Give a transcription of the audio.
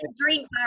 drink